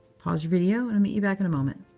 pause your video, and meet you back in a moment.